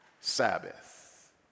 Sabbath